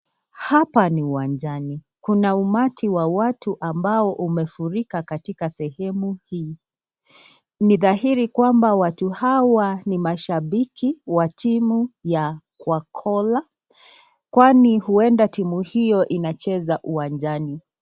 Hapa ni uwanjani. Kuna umati wa watu ambao umefurika katika sehemu hii. Ni dhahiri kwamba watu hawa ni mashabiki wa timuyakhwakhola kwani huenda timu hiyo inacheza uwanjani.